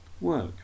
Work